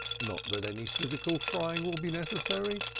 not that any physical frying will be necessary,